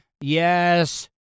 yes